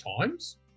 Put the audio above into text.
times